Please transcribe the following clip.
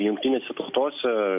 jungtinėse tautose